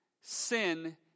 Sin